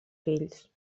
fills